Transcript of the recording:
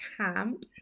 Camp